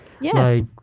Yes